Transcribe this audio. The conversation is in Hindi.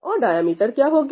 और डायमीटर क्या होगी